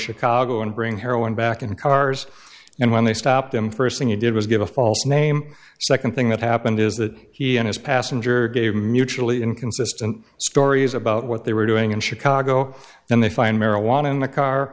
chicago and bring heroin back in cars and when they stopped him first thing you did was give a false name second thing that happened is that he and his passenger gave mutually inconsistent stories about what they were doing in chicago and they find marijuana in the car